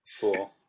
Cool